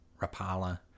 Rapala